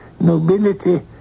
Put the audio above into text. nobility